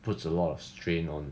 puts a lot of strain on